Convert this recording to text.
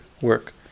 work